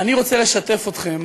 אני רוצה לשתף אתכם